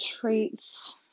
traits